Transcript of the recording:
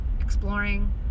exploring